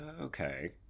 Okay